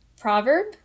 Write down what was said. proverb